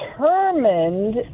determined